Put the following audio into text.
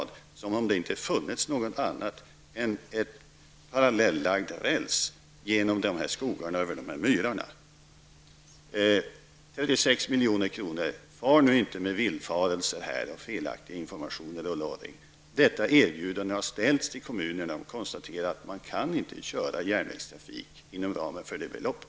Det verkar som om det inte funnits något annat än en parallellagd räls genom de här skogarna och över de här myrarna. Det gäller 36 milj.kr. Far inte med villfarelser och felaktig information, Ulla Orring. Detta erbjudande har ställts till kommunerna. De konstaterade att man inte kan köra järnväg inom ramen för det beloppet.